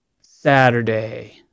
Saturday